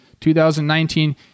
2019